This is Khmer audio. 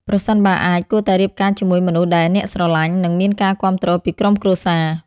ប្រសិនបើអាច គួរតែរៀបការជាមួយមនុស្សដែលអ្នកស្រលាញ់ និងមានការគាំទ្រពីក្រុមគ្រួសារ។